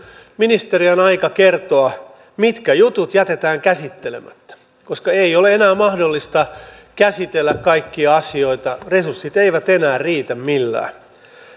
ministeriön aika kertoa mitkä jutut jätetään käsittelemättä koska ei ole enää mahdollista käsitellä kaikkia asioita resurssit eivät enää millään riitä